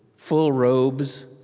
full robes,